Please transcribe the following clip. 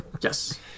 Yes